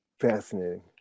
Fascinating